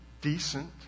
decent